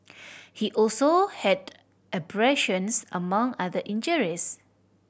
he also had abrasions among other injuries